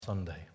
Sunday